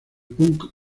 punk